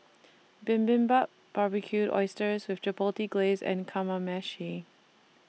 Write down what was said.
Bibimbap Barbecued Oysters with Chipotle Glaze and Kamameshi